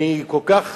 אני כל כך